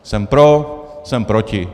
Jsem pro, jsem proti.